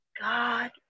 God